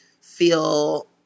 feel